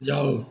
जाओ